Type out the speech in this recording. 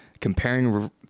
Comparing